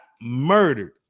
murdered